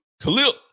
Khalil